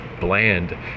bland